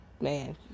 man